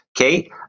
Okay